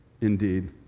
indeed